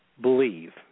believe